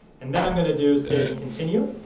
and then i'm gonna do save and continue.